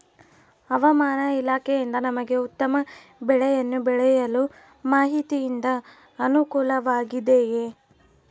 ಹವಮಾನ ಇಲಾಖೆಯಿಂದ ನಮಗೆ ಉತ್ತಮ ಬೆಳೆಯನ್ನು ಬೆಳೆಯಲು ಮಾಹಿತಿಯಿಂದ ಅನುಕೂಲವಾಗಿದೆಯೆ?